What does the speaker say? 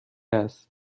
است